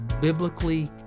biblically